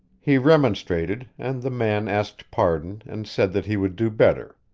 he remonstrated, and the man asked pardon and said that he would do better,